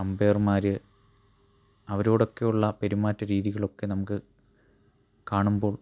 അമ്പെയ്ർമാര് അവരോടൊക്കെയുള്ള പെരുമാറ്റ രീതികളൊക്കെ നമുക്ക് കാണുമ്പോൾ